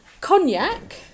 cognac